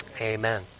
Amen